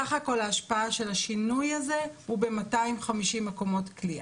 בסך הכול השפעת השינוי הזה היא ב-250 מקומות כליאה.